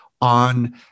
on